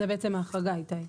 זאת בעצם ההחרגה איתי.